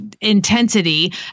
intensity